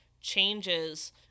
changes